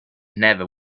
never